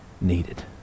needed